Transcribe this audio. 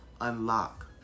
unlock